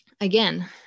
Again